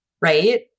right